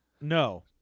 No